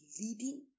leading